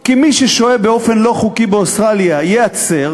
כי מי ששוהה באופן לא חוקי באוסטרליה ייעצר,